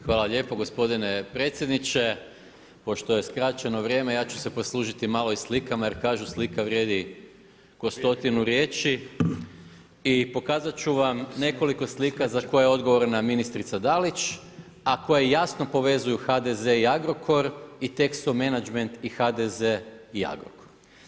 Hvala lijepo gospodine predsjedniče, pošto je skraćeno vrijeme ja ću se poslužiti malo i slikama, jer kažu slika vrijedi nekoliko riječi i pokazati ću vam nekoliko slika za koje je odgovorna ministrica Dalić, a koje jasno povezuju HDZ i Agrokor i Texo Menagment i HDZ i Agrokor.